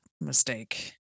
mistake